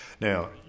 Now